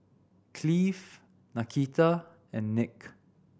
Cleve Nakita and Nick